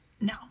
no